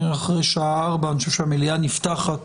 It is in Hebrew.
המליאה נפתחת